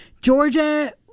Georgia